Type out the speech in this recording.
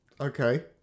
Okay